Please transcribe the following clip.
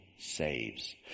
Saves